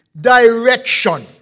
direction